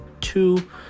two